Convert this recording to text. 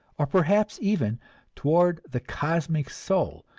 or perhaps even toward the cosmic soul,